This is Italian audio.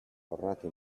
tornato